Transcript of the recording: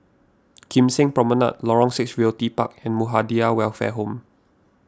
Kim Seng Promenade Lorong six Realty Park and Muhammadiyah Welfare Home